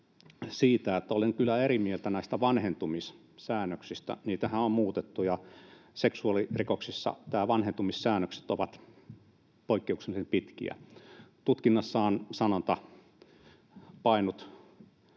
kyllä, että olen eri mieltä näistä vanhentumissäännöksistä. Niitähän on muutettu, ja seksuaalirikoksissa ajat näissä vanhentumissäännöksissä ovat poikkeuksellisen pitkiä. Tutkinnassa on sanonta ”paennut